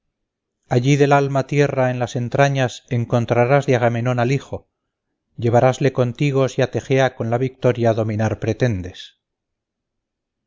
allí del alma tierra en las entrañas encontrarás de agamemnon al hijo llevarásle contigo si a tegea con la victoria dominar pretendes